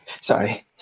Sorry